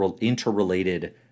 interrelated